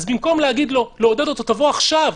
אז במקום לעודד אותו תבוא עכשיו,